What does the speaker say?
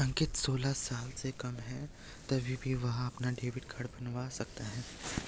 अंकित सोलह साल से कम है तब भी वह अपना डेबिट कार्ड बनवा सकता है